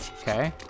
okay